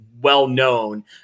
well-known